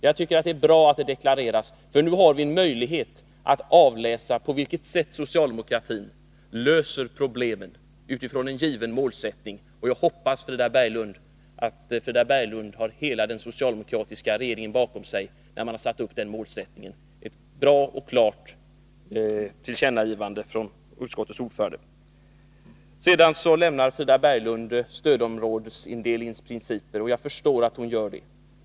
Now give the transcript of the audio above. Jag tycker det är bra att detta deklareras, för nu har vi möjlighet att avläsa på vilket sätt socialdemokratin löser problemen utifrån en given målsättning. Jag hoppas att Frida Berglund har hela den socialdemokratiska regeringen bakom sig, när hon säger att man har satt upp denna målsättning. Det är ett bra och klart tillkännagivande från utskottets ordförande. Frida Berglund överger stödområdesindelningsprincipen, och jag har förståelse för detta.